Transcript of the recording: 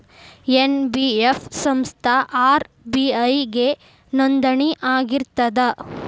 NBF ಸಂಸ್ಥಾ RBI ಗೆ ನೋಂದಣಿ ಆಗಿರ್ತದಾ?